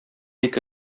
ике